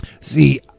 See